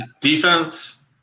Defense